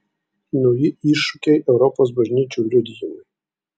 nauji iššūkiai europos bažnyčių liudijimui